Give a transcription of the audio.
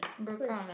so it's strange